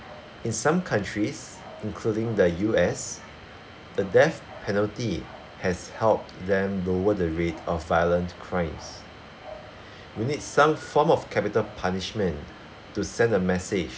in some countries including the U_S the death penalty has helped them lower the rate of violent crimes we need some form of capital punishment to send a message